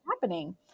happening